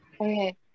Okay